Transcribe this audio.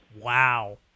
Wow